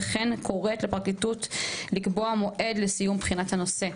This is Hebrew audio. וכן קוראת לפרקליטות לקבוע מועד לסיום בחינת הנושא.